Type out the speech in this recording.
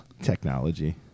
technology